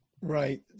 Right